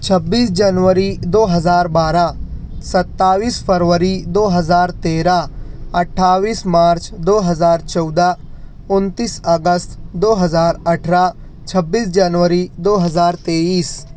چھبیس جنوری دو ہزار بارہ ستائیس فروری دو ہزار تیرہ اٹھائیس مارچ دو ہزار چودہ انتیس اگست دو ہزار اٹھارہ چھبیس جنوری دو ہزار تئیس